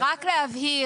רק להבהיר,